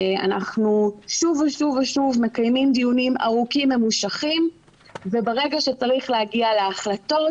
אנחנו שוב ושוב מקיימים דיונים ארוכים וברגע שצריך להגיע להחלטות,